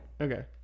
Okay